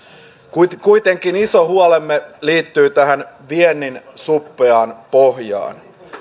kuitenkin iso huolemme liittyy tähän viennin suppeaan pohjaan